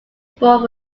born